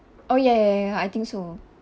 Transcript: oh ya ya ya ya I think so